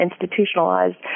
institutionalized